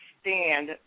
stand